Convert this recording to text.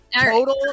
Total